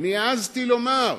העזתי לומר,